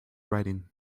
writing